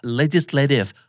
legislative